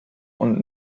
und